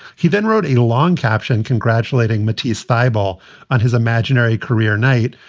he then wrote a long caption congratulating matear stable on his imaginary career night,